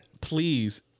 Please